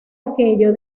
aquello